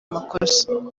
amakosa